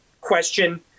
question